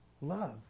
Love